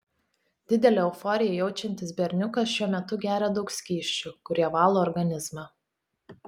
didelę euforiją jaučiantis berniukas šiuo metu geria daug skysčių kurie valo organizmą